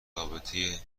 رابطه